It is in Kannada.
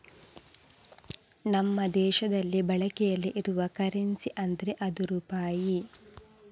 ನಮ್ಮ ದೇಶದಲ್ಲಿ ಬಳಕೆಯಲ್ಲಿ ಇರುವ ಕರೆನ್ಸಿ ಅಂದ್ರೆ ಅದು ರೂಪಾಯಿ